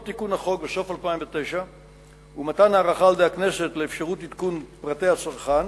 חוק ההתייעלות הכלכלית דורשות מהצרכנים